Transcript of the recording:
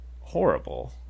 horrible